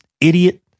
idiot